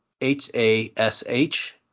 H-A-S-H